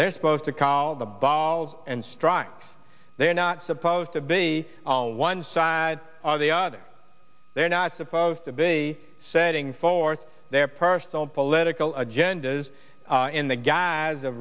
they're supposed to call the ball and strike they're not supposed to be on one side or the other they're not supposed to be setting forth their personal political agendas in the gu